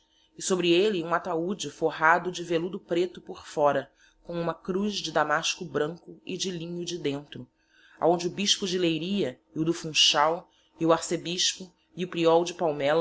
e sobre elle hum ataude forrado de veludo preto por fóra com huma cruz de damasco branco e de linho de dentro aonde o bispo de leiria e o do funchal e o arcebispo e o priol de palmella